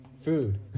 food